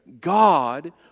God